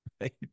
right